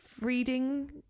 reading